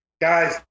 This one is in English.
Guys